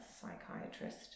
psychiatrist